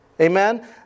Amen